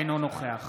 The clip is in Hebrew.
אינו נוכח